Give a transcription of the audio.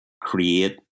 create